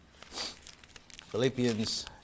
Philippians